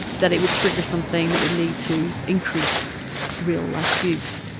that it would trigger something that would lead to increased real-life abuse.